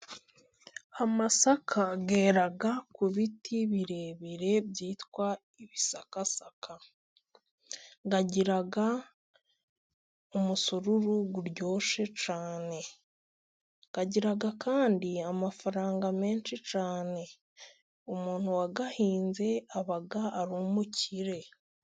Amasaka yera ku biti birebire byitwa ibisakasaka. Agira umusururu uryoshye cyane, agira kandi amafaranga menshi cyane. Umuntu wayahinze aba ari umukire.